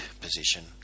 position